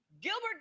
Gilbert